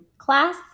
class